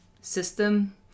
system